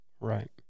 right